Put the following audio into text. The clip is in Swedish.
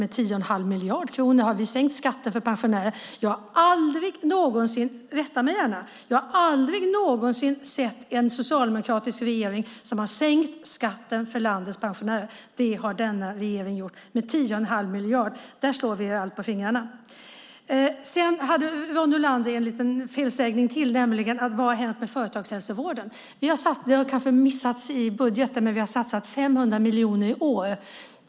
Vi har sänkt skatten med 10 1⁄2 miljard kronor för pensionärer. Jag har aldrig någonsin - rätta mig gärna - sett en socialdemokratisk regering som har sänkt skatten för landets pensionärer. Det har denna regering gjort med 10 1⁄2 miljard. Där slår vi er allt på fingrarna. Sedan hade Ronny Olander en liten felsägning till. Det gäller vad som har hänt med företagshälsovården. Det har kanske missats i budgeten, men vi har satsat 500 miljoner i år.